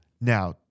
Now